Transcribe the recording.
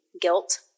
guilt